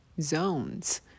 zones